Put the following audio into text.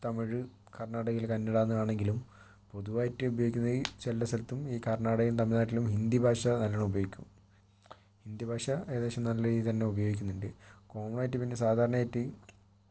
തമിഴ് കർണാടകയിൽ കന്നഡ എന്നാണെങ്കിലും പൊതുവായിട്ട് ഉപയോഗിക്കുന്നത് ചില സ്ഥലത്തും ഈ കർണാടകയിലും തമിഴ്നാട്ടിലും ഹിന്ദി ഭാഷ നല്ലോണം ഉപയോഗിക്കും ഹിന്ദി ഭാഷ ഏകദേശം നല്ല രീതിയിൽ തന്നെ ഉപയോഗിക്കുന്നുണ്ട് കോമൺ ആയിട്ട് പിന്നെ സാധാരണയായിട്ട്